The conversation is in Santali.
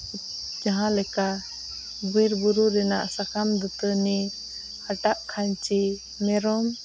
ᱡᱟᱦᱟᱸ ᱞᱮᱠᱟ ᱵᱤᱨᱼᱵᱩᱨᱩ ᱨᱮᱱᱟᱜ ᱥᱟᱠᱟᱢ ᱫᱟᱹᱛᱟᱹᱱᱤ ᱦᱟᱴᱟᱜ ᱠᱷᱟᱹᱧᱪᱤ ᱢᱮᱨᱚᱢ